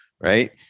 right